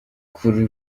kuri